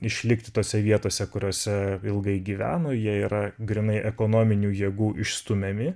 išlikti tose vietose kuriose ilgai gyveno jie yra grynai ekonominių jėgų išstumiami